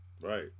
Right